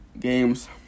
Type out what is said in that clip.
games